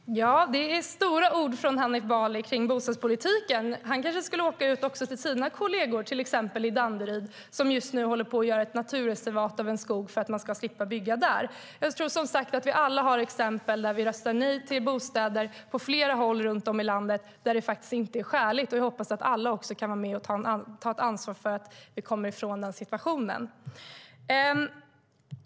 Herr talman! Det var stora ord från Hanif Bali om bostadspolitiken. Han kanske ska åka ut till sina kollegor i till exempel Danderyd, där man just nu håller på att göra naturreservat av en skog för att slippa bygga där. Jag tror som sagt att vi alla har exempel på att vi röstar nej till bostäder på flera håll runt om i landet där det faktiskt inte är skäligt. Jag hoppas att vi alla också kan vara med och ta ansvar för att vi kommer ifrån den situationen.